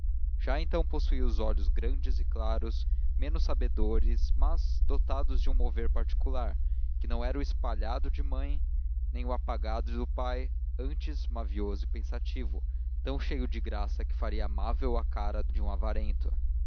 já então possuía os olhos grandes e claros menos sabedores mas dotados de um mover particular que não era o espalhado da mãe nem o apagado do pai antes mavioso e pensativo tão cheio de graça que faria amável a cara de um avarento